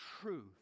truth